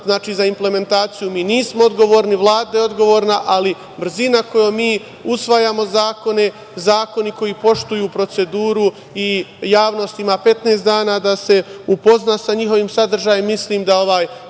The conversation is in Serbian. znači za implementaciju mi nismo odgovorni, Vlada je odgovorna, ali brzina kojom mi usvajamo zakone, zakoni koji poštuju proceduru i javnost ima 15 dana da se upozna sa njihovim sadržajem. Mislim da ovaj